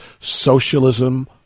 socialism